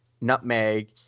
nutmeg